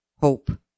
hope